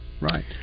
right